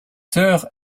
sœurs